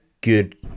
good